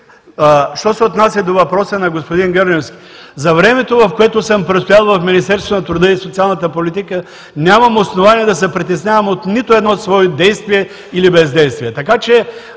Що се отнася до въпроса на господин Гърневски. За времето, в което съм престоявал в Министерството на труда и социалната политика, нямам основание да се притеснявам от нито едно свое действие или бездействие.